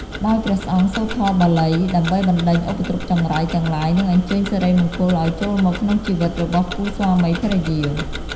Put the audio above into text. ដោយព្រះសង្ឃសូត្រធម៌បាលី ដើម្បីបណ្តេញឧបទ្រពចង្រៃទាំងឡាយ និងអញ្ជើញសិរីមង្គលឲ្យចូលមកក្នុងជីវិតរបស់គូស្វាមីភរិយា។